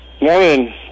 Morning